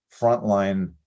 frontline